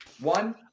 One